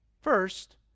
First